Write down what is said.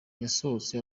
yasohotse